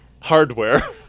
hardware